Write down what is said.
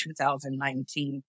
2019